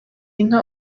inka